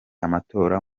amatora